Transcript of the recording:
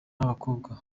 b’abakobwa